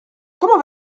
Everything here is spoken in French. comment